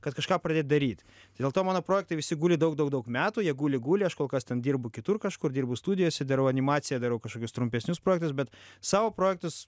kad kažką pradėt daryt dėl to mano projektai visi guli daug daug daug metų jie guli guli aš kol kas ten dirbu kitur kažkur dirbu studijose darau animaciją darau kažkokius trumpesnius projektus bet savo projektus